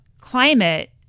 climate